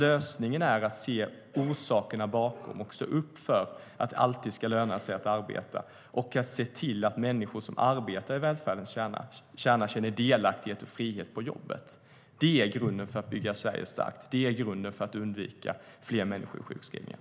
Lösningen är att se orsakerna bakom och att stå upp för att det alltid ska löna sig att arbeta. Vi ska se till att människor som arbetar i välfärdens kärna känner delaktighet och frihet på jobbet. Det är grunden för att bygga Sverige starkt, och det är grunden för att undvika fler människor i sjukskrivningar.